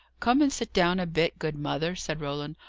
come and sit down a bit, good mother, said roland.